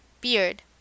Beard